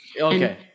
Okay